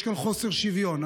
יש כאן חוסר שוויון.